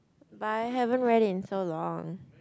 but I haven't read it in so long